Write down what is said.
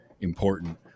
important